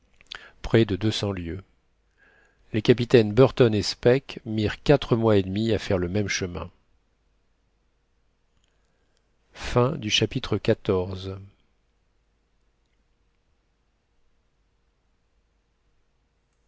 près de milles géographiques près de deux cents lieues les capitaines burton et speke mirent quatre mois et demi à faire le même chemin chapitre